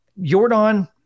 Yordan